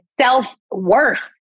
self-worth